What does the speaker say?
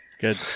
good